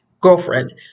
Girlfriend